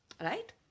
Right